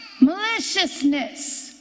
maliciousness